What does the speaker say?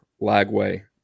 Lagway